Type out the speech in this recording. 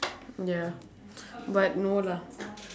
ya but no lah